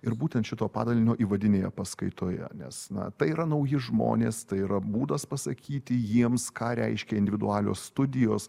ir būtent šito padalinio įvadinėje paskaitoje nes na tai yra nauji žmonės tai yra būdas pasakyti jiems ką reiškia individualios studijos